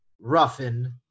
Ruffin